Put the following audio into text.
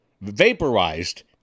vaporized